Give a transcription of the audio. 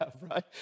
right